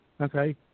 okay